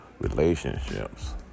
Relationships